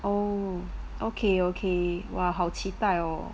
oh okay okay !wah! 好期待哦